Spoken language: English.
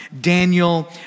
Daniel